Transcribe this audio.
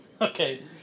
Okay